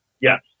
yes